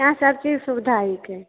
यहाँ सब चीजके सुबिधा हीकै